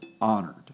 honored